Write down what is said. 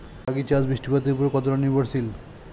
রাগী চাষ বৃষ্টিপাতের ওপর কতটা নির্ভরশীল?